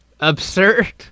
absurd